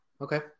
Okay